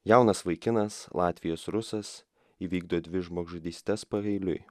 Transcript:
jaunas vaikinas latvijos rusas įvykdo dvi žmogžudystes paveiliui